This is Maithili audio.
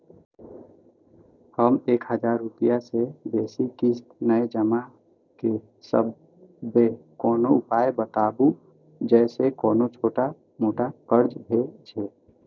हम एक हजार रूपया से बेसी किस्त नय जमा के सकबे कोनो उपाय बताबु जै से कोनो छोट मोट कर्जा भे जै?